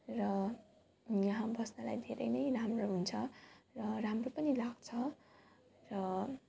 र यहाँ बस्नलाई धेरै नै राम्रो हुन्छ र राम्रो पनि लाग्छ र